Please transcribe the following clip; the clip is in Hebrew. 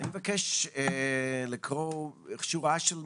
אני מבקש לקרוא שורה של מסקנות,